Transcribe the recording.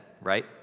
right